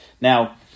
Now